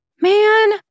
man